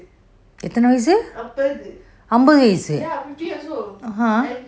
எத்தன வயசு அம்பது வயசு:ethana vayasu ambathu vayasu !huh!